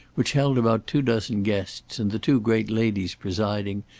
which held about two dozen guests, and the two great ladies presiding,